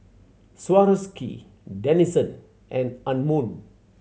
Swarovski Denizen and Anmum